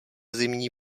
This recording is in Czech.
zimní